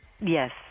Yes